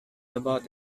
about